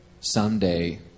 someday